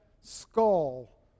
skull